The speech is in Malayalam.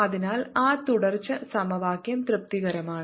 അതിനാൽ ആ തുടർച്ച സമവാക്യം തൃപ്തികരമാണ്